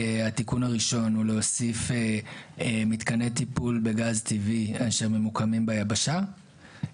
התיקון הראשון הוא הוספת מתקני טיפול בגז טבעי שממוקמים ביבשה,